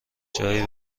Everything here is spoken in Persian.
جایی